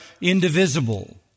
indivisible